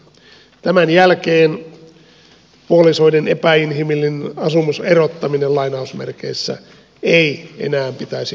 tämän jälkeen puolisoiden epäinhimillisen asumuserottamisen ei enää pitäisi olla mahdollista